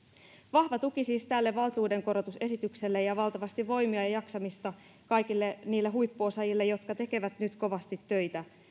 vahva tuki siis tälle valtuudenkorotusesitykselle ja valtavasti voimia ja jaksamista kaikille niille huippuosaajille jotka tekevät nyt kovasti töitä